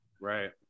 Right